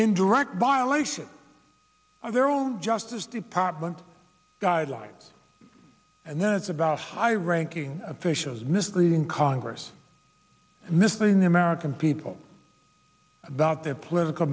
in direct violation of their own justice department guidelines and then it's about high ranking officials misleading congress and misleading the american people about their political